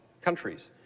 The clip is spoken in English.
countries